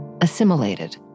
assimilated